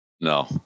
No